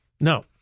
No